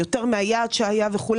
יותר מהיעד שהיה וכו',